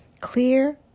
Clear